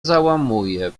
załamuje